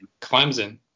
Clemson